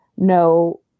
No